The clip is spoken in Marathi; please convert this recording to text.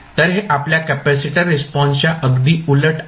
तर हे आपल्या कॅपेसिटर रिस्पॉन्सच्या अगदी उलट आहे